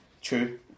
true